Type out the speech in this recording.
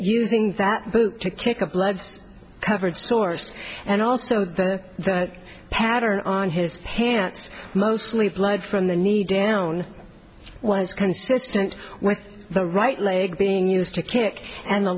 using that to kick a blood covered story and also the pattern on his pants mostly blood from the need down was consistent with the right leg being used to kick and the